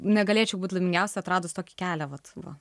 negalėčiau būt laimingiausia atradus tokį kelią vat va